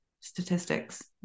Statistics